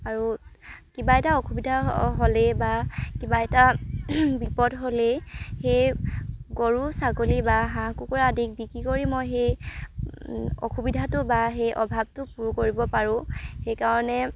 আৰু কিবা এটা অসুবিধা হ'লে বা কিবা এটা বিপদ হ'লে সেই গৰু ছাগলী বা হাঁহ কুকুৰা আদিক বিক্ৰী কৰি মই সেই অসুবিধাটো বা সেই অভাৱটো পূৰ কৰিব পাৰোঁ সেইকাৰণে